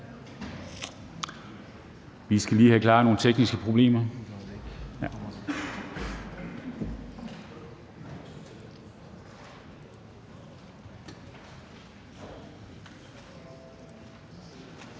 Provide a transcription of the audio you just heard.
Vi skal lige have klaret nogle tekniske problemer.